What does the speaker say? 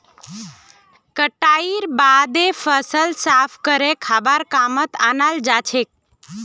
कटाईर बादे फसल साफ करे खाबार कामत अनाल जाछेक